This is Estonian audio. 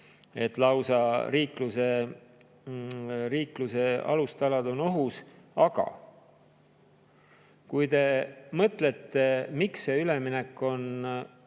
et lausa riikluse alustalad on ohus. Kui te mõtlete, miks see üleminek on